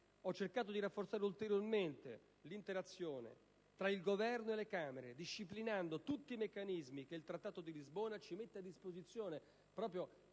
ho cercato di rafforzare ulteriormente l'interazione tra il Governo e le Camere disciplinando tutti i meccanismi che il Trattato di Lisbona mette a disposizione